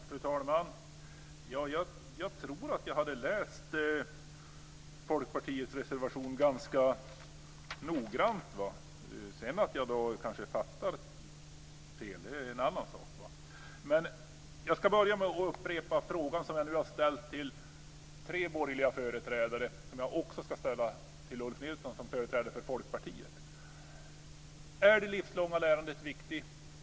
Fru talman! Jag tror att jag har läst Folkpartiets reservation ganska noggrant. Att jag sedan kanske fattar fel är en annan sak. Jag ska börja med att upprepa de frågor som jag nu ställt till tre borgerliga företrädare. Jag ska också ställa dem till Ulf Nilsson som företrädare för Folkpartiet. Är det livslånga lärandet viktigt?